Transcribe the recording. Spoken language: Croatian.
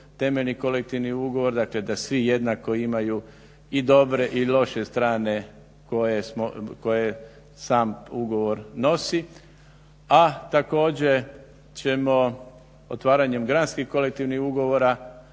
temeljni kolektivni ugovor. Dakle, da svi jednako imaju i dobre i loše strane koje sam ugovor nosi. A također ćemo otvaranjem granskih kolektivnih ugovora